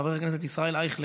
חבר הכנסת ישראל אייכלר,